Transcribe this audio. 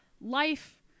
Life